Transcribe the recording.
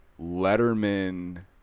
Letterman